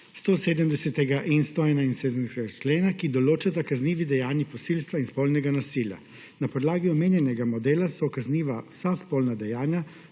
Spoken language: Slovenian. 170. in 171. člena, ki določata kaznivi dejanji posilstva in spolnega nasilja. Na podlagi omenjenega modela so kazniva vsa spolna dejanja,